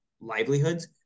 livelihoods